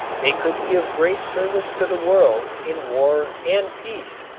they could be of great service to the world in war and peace.